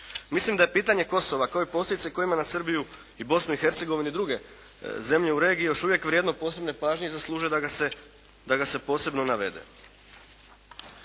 Mislim da je pitanje Kosova kao i posljedice koje ima na Srbiju i Bosnu i Hercegovinu i druge zemlje u regiji još uvijek vrijedno posebne pažnje i zaslužuje da ga se posebno navede.